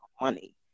money